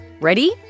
Ready